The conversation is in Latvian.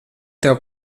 tev